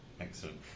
Excellent